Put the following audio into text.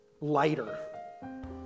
lighter